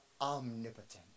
omnipotent